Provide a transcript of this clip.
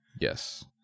Yes